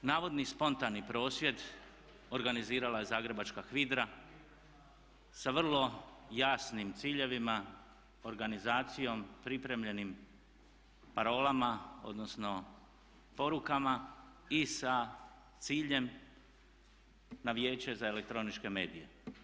Navodni spontani prosvjed organizirala je zagrebačka HVIDRA sa vrlo jasnim ciljevima, organizacijom, pripremljenim parolama odnosno porukama i sa ciljem na Vijeće za elektroničke medije.